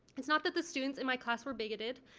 it's not that the students in my class were bigoted.